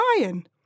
iron